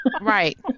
Right